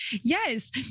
Yes